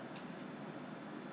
ah those those those that